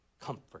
comfort